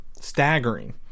staggering